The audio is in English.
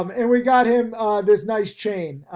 um and we got him this nice chain.